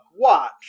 watch